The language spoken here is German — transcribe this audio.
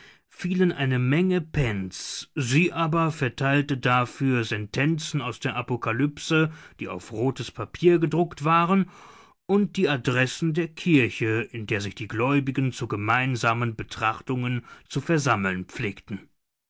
fielen eine menge pence sie aber verteilte dafür sentenzen aus der apokalypse die auf rotes papier gedruckt waren und die adressen der kirche in der sich die gläubigen zu gemeinsamen betrachtungen zu versammeln pflegten